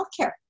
healthcare